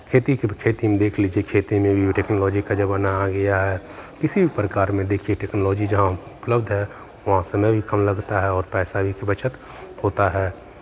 खेती फिर खेती में देख लीजिये खेती में भी टेक्नोलोजी का जमाना आ गया है किसी भी प्रकार में देख लीजिये टेक्नोलॉजी जहां उपलब्ध है वहाँ समय भी कम लगता है और पैसे का भी बचत होता है